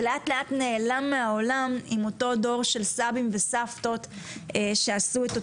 שלאט-לאט נעלם מן העולם עם דור הסבים והסבתות שעשו את העלייה.